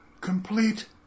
complete